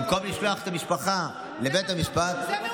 במקום לשלוח את המשפחה לבית המשפט, זה מעולה.